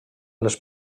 les